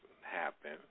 happen